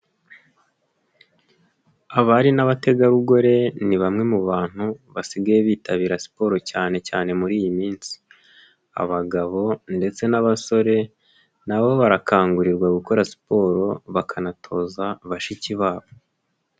Abari n'abategarugori ni bamwe mu bantu, basigaye bitabira siporo cyane cyane muri iyi minsi, abagabo ndetse n'abasore nabo barakangurirwa gukora siporo, bakanatoza bashiki babo.